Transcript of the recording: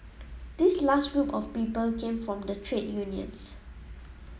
this last group of people came from the trade unions